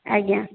ଆଜ୍ଞା